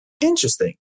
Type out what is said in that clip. Interesting